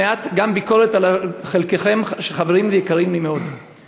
חברי חברי הכנסת המתוקים והיקרים מן הקואליציה ומן האופוזיציה,